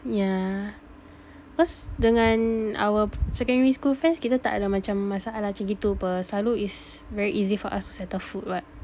yeah cause dengan our secondary school friends kita tak ada macam masalah macam gitu [pe] selalu it's very easy for us to settle food [what]